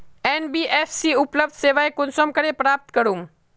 NBFC उपलब्ध सेवा कुंसम करे प्राप्त करूम?